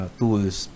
tools